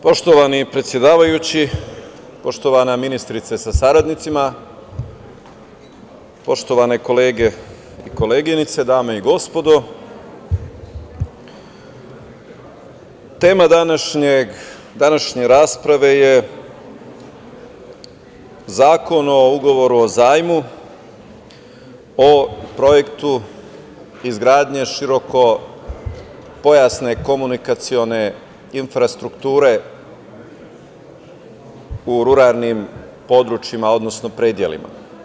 Poštovani predsedavajući, poštovana ministrice sa saradnicima, poštovane kolege i koleginice, dame i gospodo, tema današnje rasprave je Zakon o ugovoru o zajmu o projektu izgradnje širokopojasne komunikacione infrastrukture u ruralnim područjima, odnosno predelima.